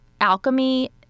alchemy